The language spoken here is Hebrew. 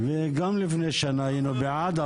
גם לפני שנה היינו בעד,